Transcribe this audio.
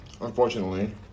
unfortunately